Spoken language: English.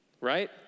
right